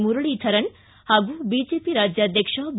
ಮುರಳೀಧರನ್ ಪಾಗೂ ಬಿಜೆಪಿ ರಾಜ್ಯಾಧ್ಯಕ್ಷ ಬಿ